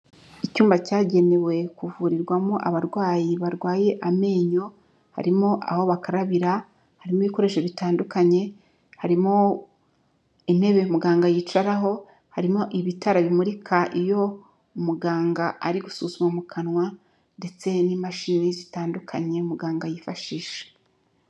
Icyumba cyagenewe kuvurirwamo abarwayi barwaye amenyo, harimo aho bakarabira, harimo ibikoresho bitandukanye, harimo intebe muganga yicaraho, harimo ibitara bimurika iyo muganga ari gusuzuma mu kanwa ndetse n'imashini zitandukanye muganga yifashisha.